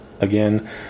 again